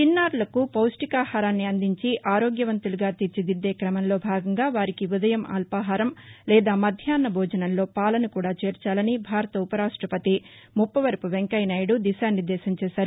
చిన్నారులకు పౌష్ణికాహారాన్ని అందించి ఆరోగ్యవంతులుగా తీర్చిదిద్దే క్రమంలో భాగంగా వారికి ఉదయం అల్పాహారం లేదా మధ్యాహ్న భోజనంలో పాలను కూడా చేర్చాలని భారత ఉపరాష్టపతి ముప్పవరపు వెంకయ్యనాయుడు దిశా నిర్దేశం చేశారు